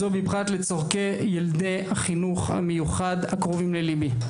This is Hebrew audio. הזו ובפרט לצרכי ילדי החינוך המיוחד הקרובים לליבי.